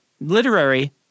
literary